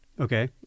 Okay